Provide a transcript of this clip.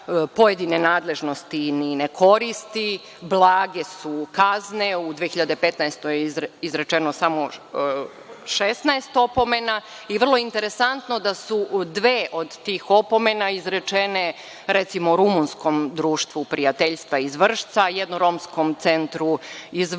pojedine nadležnosti i ne koristi, blage su kazne. U 2015. godini izrečeno samo 16 opomena. Vrlo je interesantno da su dve od tih opomena izrečene, recimo, rumunskom društvu prijateljstva iz Vršca, jednom romskom centru iz Valjeva,